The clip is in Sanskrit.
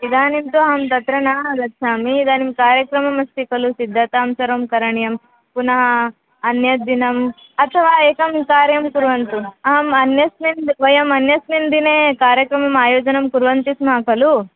इदानीं तु अहं तत्र न आगच्छामि इदानीं कार्यक्रमोस्ति खलु सिद्धतां सर्वं करणीयं पुनः अन्यद्दिनम् अथवा एकं कार्यं कुर्वन्तु अहम् अन्यस्मिन् वयम् अन्यस्मिन् दिने कार्यक्रमम् आयोजनं कुर्वन्ति स्म खलु